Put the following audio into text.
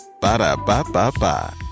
Ba-da-ba-ba-ba